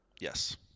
Yes